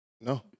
No